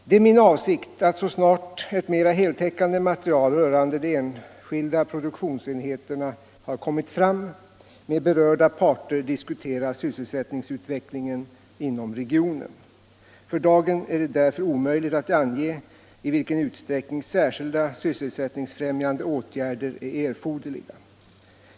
Det är min avsikt att så snart ett mera heltäckande material rörande de enskilda produktionsenheterna har kommit fram med berörda parter diskutera sysselsättningsutvecklingen inom regionen. För dagen är det därför omöjligt att ange i vilken utsträckning särskilda sysselsättningsfrämjande åtgärder är erforderliga.